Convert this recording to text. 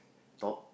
nope